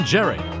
Jerry